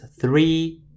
three